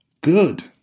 good